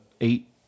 eight